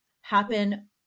happen